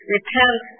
Repent